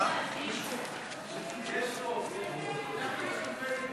הקשבתי רוב קשב לטענות